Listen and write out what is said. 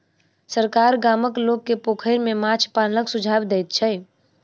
सरकार गामक लोक के पोखैर में माछ पालनक सुझाव दैत छै